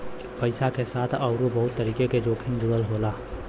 पइसा के साथ आउरो बहुत तरीके क जोखिम जुड़ल होला